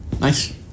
Nice